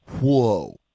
Whoa